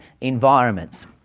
environments